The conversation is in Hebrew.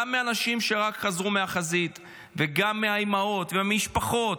גם מאנשים שרק חזרו מהחזית וגם מהאימהות ומהמשפחות.